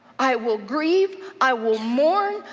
i will grieve, i will mourn,